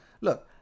look